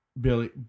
Billy